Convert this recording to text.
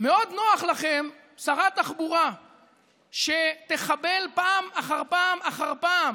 מאוד נוח לכם שרת תחבורה שתחבל פעם אחר פעם אחר פעם